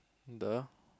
the